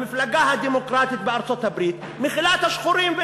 המפלגה הדמוקרטית בארצות-הברית מכילה את השחורים.